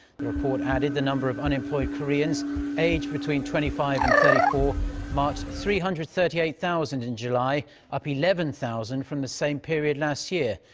the report added the number of unemployed koreans aged between twenty five and thirty four marked three hundred and thirty eight thousand in july up eleven thousand from the same period last year.